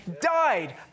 died